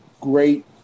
great